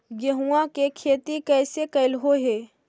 गेहूआ के खेती कैसे कैलहो हे?